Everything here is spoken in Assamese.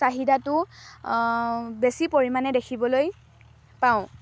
চাহিদাটো বেছি পৰিমাণে দেখিবলৈ পাওঁ